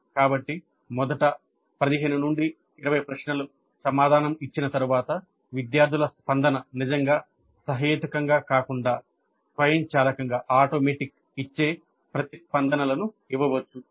కాబట్టి మొదటి 15 20 ప్రశ్నలు సమాధానం ఇచ్చిన తరువాత విద్యార్థుల స్పందన నిజంగా సహేతుకంగా కాకుండా స్వయంచాలకంగా ఇచ్చే ప్రతిస్పందనలను ఇవ్వవచ్చు